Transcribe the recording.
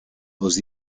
aux